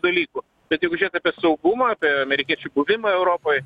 dalykų bet jeigu žėt apie saugumą apie amerikiečių buvimą europoj